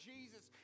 Jesus